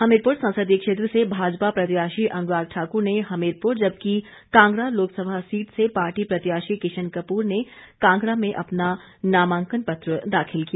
हमीरपुर संसदीय क्षेत्र से भाजपा प्रत्याशी अनुराग ठाकुर ने हमीरपुर जबकि कांगड़ा लोकसभा सीट से पार्टी प्रत्याशी किशन कपूर ने कांगड़ा में अपना नामांकन पत्र दाखिल किया